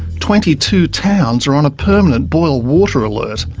twenty two towns are on a permanent boil water alert,